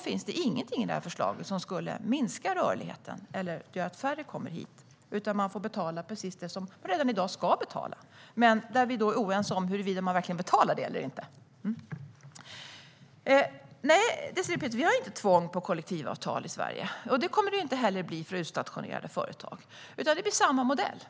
finns det ingenting i förslaget som skulle minska rörligheten eller göra att färre kommer hit, utan man får betala precis det som man redan i dag ska betala. Men där är vi oense om huruvida man verkligen betalar det eller inte. Nej, Désirée Pethrus, vi har inte tvång på kollektivavtal i Sverige. Det kommer det inte heller att bli för utstationerade företag, utan det blir samma modell.